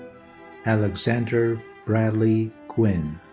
alexander bradley guinn.